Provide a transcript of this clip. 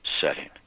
setting